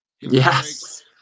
Yes